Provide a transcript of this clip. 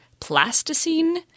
plasticine